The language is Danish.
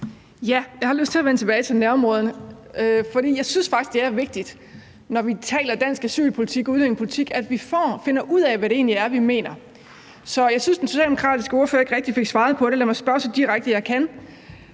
Jeg har lyst til at vende tilbage til det med nærområderne, for jeg synes faktisk, det er vigtigt, når vi taler dansk asylpolitik og udlændingepolitik, at vi finder ud af, hvad det egentlig er, vi mener. Jeg synes ikke rigtig, at den socialdemokratiske ordfører fik svaret på det. Lad mig spørge så direkte, jeg kan.